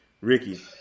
Ricky